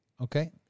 okay